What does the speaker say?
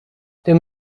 tym